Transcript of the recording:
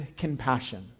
compassion